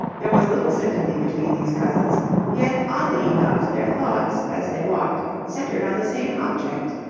there was little sympathy between these cousins yet, oddly enough, their thoughts as they walked centred on the same object.